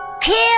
Kill